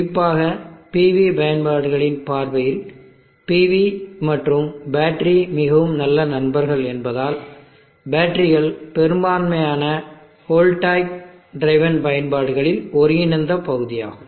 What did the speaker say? குறிப்பாக PV பயன்பாடுகளின் பார்வையில் PV மற்றும் பேட்டரி மிகவும் நல்ல நண்பர்கள் என்பதால்பேட்டரிகள் பெரும்பான்மையான போட்டோவோல்டாய்க் டிரைவன் பயன்பாடுகளில் ஒருங்கிணைந்த பகுதியாகும்